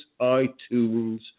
iTunes